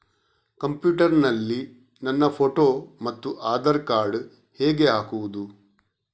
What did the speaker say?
Computer ನಲ್ಲಿ ನನ್ನ photo ಮತ್ತು ಆಧಾರ್ ಕಾರ್ಡ್ ಹೇಗೆ ಹಾಕುವುದು?